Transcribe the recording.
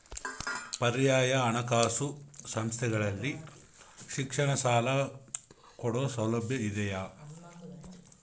ಪರ್ಯಾಯ ಹಣಕಾಸು ಸಂಸ್ಥೆಗಳಲ್ಲಿ ಶಿಕ್ಷಣ ಸಾಲ ಕೊಡೋ ಸೌಲಭ್ಯ ಇದಿಯಾ?